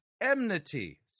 enmity